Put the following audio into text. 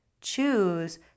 choose